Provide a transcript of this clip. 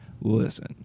listen